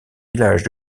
villages